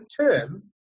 term